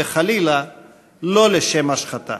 וחלילה לא לשם השחתה.